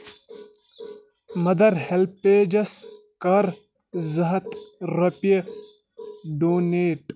mother ہیٚلپیجس کَر زٕ ہتھ رۄپیہِ ڈونیٹ